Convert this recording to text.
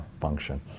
function